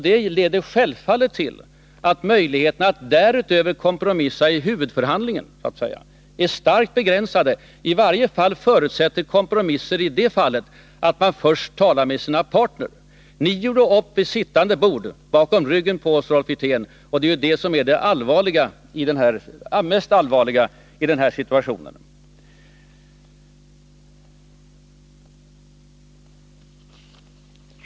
Det leder självfallet till att möjligheterna att därutöver kompromissa i huvudförhandlingen, så att säga, är starkt begränsade. I varje fall förutsätter kompromisser i det fallet att man först talar med sina partner. Ni gjorde upp vid sittande bord bakom ryggen på oss, Rolf Wirtén, och det är det mest allvarliga i den här situationen.